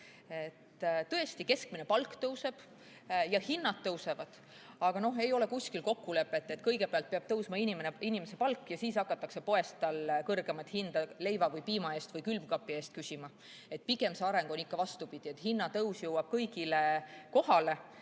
Tõesti, keskmine palk tõuseb ja hinnad tõusevad. Aga ei ole kuskil kokkulepet, et kõigepealt peab tõusma inimese palk ja siis hakatakse poes temalt leiva või piima eest või külmkapi eest kõrgemat hinda küsima. Pigem see areng on ikka vastupidi, et hinnatõus jõuab kõigile kohale